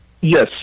Yes